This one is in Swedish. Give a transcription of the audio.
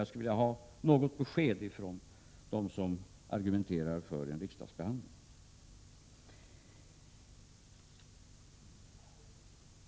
Jag skulle vilja ha något besked från dem som argumenterar för en riksdagsbehandling.